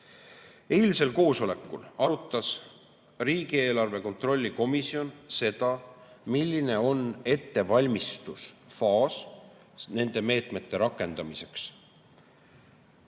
Eilsel koosolekul arutas riigieelarve kontrolli komisjon seda, milline on ettevalmistus nende meetmete rakendamiseks.